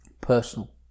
personal